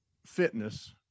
fitness